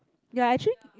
ya actually